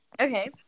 okay